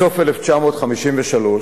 בסוף 1953,